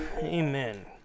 Amen